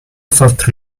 felt